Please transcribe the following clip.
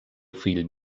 fill